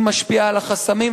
היא משפיעה על החסמים,